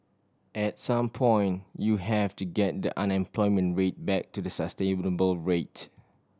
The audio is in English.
at some point you have to get the unemployment rate back to the sustainable rate